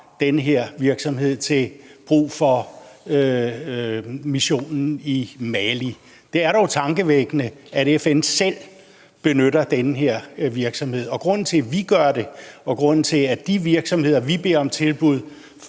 den her virksomhed til brug for missionen i Mali. Det er dog tankevækkende, at FN selv benytter den her virksomhed. Og grunden til, at vi gør det, og grunden til, at vi beder de